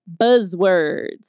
buzzwords